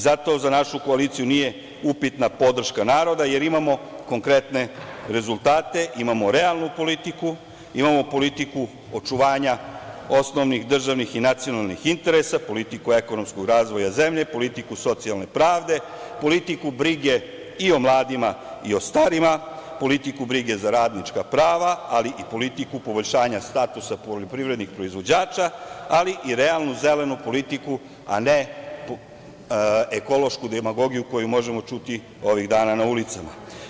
Zato za našu koaliciju nije upitna podrška naroda, jer imamo konkretne rezultate, imamo realnu politiku, imamo politiku očuvanja osnovnih državnih i nacionalnih interesa, politiku ekonomskog razvoja zemlje, politiku socijalne pravde, politiku brige i o mladima, i o starima, politiku brige za radnička prava, ali i politiku poboljšanja statusa poljoprivrednih proizvođača, ali i realnu zelenu politiku, a ne ekološku demagogiju, koju možemo čuti ovih dana na ulicama.